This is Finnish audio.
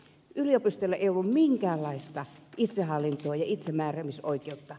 yliopistoilla ei ollut minkäänlaista itsehallintoa ja itsemääräämisoikeutta